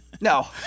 No